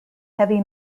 heavy